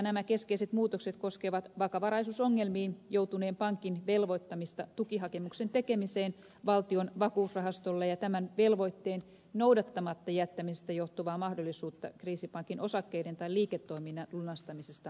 nämä keskeiset muutokset koskevat vakavaraisuusongelmiin joutuneen pankin velvoittamista tukihakemuksen tekemiseen valtion vakuusrahastolle ja tämän velvoitteen noudattamatta jättämisestä johtuvaa mahdollisuutta kriisipankin osakkeiden tai liiketoiminnan lunastamisesta vakuusrahastolle